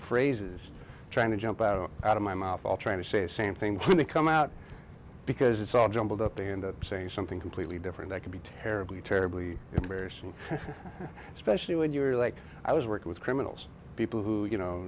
phrases trying to jump out and out of my mouth all trying to say same thing when they come out because it's all jumbled up they end up saying something completely different i could be terribly terribly embarrassing especially when you're like i was working with criminals people who you know